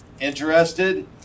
interested